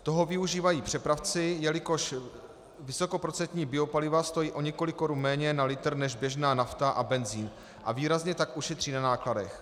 Toho využívají přepravci, jelikož vysokoprocentní biopaliva stojí o několik korun méně na litr než běžná nafta a benzin, a výrazně tak ušetří na nákladech.